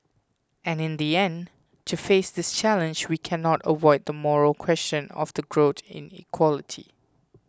and in the end to face this challenge we cannot avoid the moral question of the growth inequality